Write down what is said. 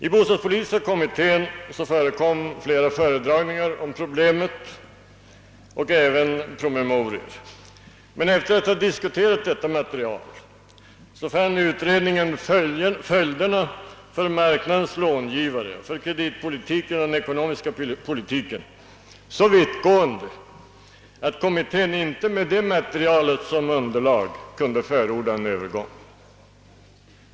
I bostadspolitiska kommittén förekom flera föredragningar om problemet och kommittén fick även promemorior därom. Efter att ha diskuterat detta material fann utredningen följderna för marknadens långivare, för kreditpolitiken och den ekonomiska politiken så vittgående, att kommittén inte med det materialet som underlag kunde förorda en övergång.